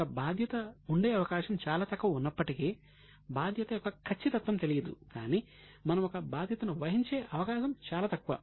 ఒక బాధ్యత ఉండే అవకాశం చాలా తక్కువ ఉన్నప్పటికీ బాధ్యత యొక్క ఖచ్చితత్వం తెలియదు కానీ మనము ఒక బాధ్యతను వహించే అవకాశం చాలా తక్కువ